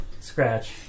Scratch